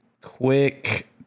Quick